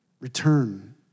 Return